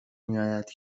میآید